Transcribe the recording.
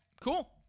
cool